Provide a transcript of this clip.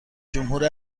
جمهور